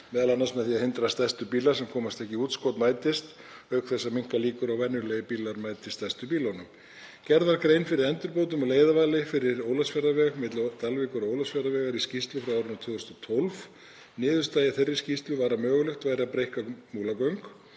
mikil, m.a. með því að hindra að stærstu bílar sem komast ekki í útskot mætist, auk þess að minnka líkur á að venjulegir bílar mæti stærstu bílunum. Gerð var grein fyrir endurbótum á leiðarvali fyrir Ólafsfjarðarveg milli Dalvíkur og Ólafsfjarðar í skýrslu frá árinu 2012. Niðurstaða í þeirri skýrslu var að mögulegt væri að breikka Múlagöng